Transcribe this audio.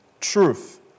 truth